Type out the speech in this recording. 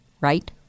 right